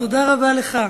תודה רבה לך.